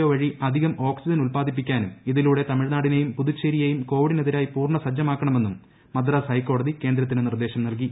O വഴി അധികം oxygen ഉത്പാദിപ്പിക്കാനും ഇതിലൂടെ തമിഴ്നാടിനെയും പുതുച്ചേരിയെയും കോവിഡിനെതിരായി പൂർണ സജ്ജമാക്കണമെന്നും മദ്രാസ് ഹൈക്കോടതി കേന്ദ്രത്തിന് നിർദേശം നൽകി